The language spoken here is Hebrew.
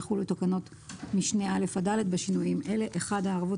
יחולו תקנות משנה (א) עד (ד) בשינוים אלה: הערבות